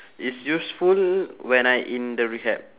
it's useful when I in the rehab